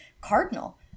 cardinal